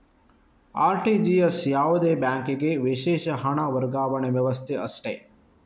RTGS ಯಾವುದೇ ಬ್ಯಾಂಕಿಗೆ ವಿಶೇಷ ಹಣ ವರ್ಗಾವಣೆ ವ್ಯವಸ್ಥೆ ಅಷ್ಟೇ